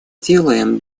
делаем